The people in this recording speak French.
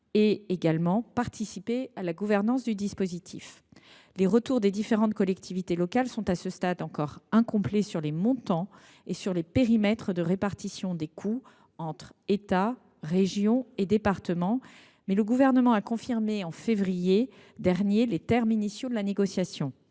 RSA et participer à la gouvernance du dispositif. Les retours des différentes collectivités sont à ce stade encore incomplets sur les montants et les périmètres de répartition des coûts entre État, région et département. Mais le Gouvernement a confirmé, en février dernier, les termes initiaux de la négociation